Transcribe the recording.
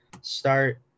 start